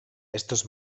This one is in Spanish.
estos